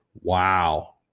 Wow